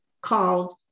called